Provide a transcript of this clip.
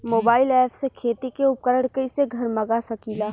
Mobile ऐपसे खेती के उपकरण कइसे घर मगा सकीला?